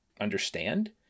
understand